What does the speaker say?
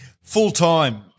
Full-time